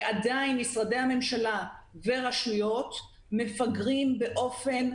ועדיין משרדי הממשלה והרשויות מפגרים באופן